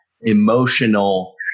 emotional